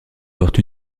portent